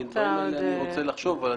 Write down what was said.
אני רוצה לחשוב על הדברים האלה.